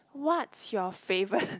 what's your favourite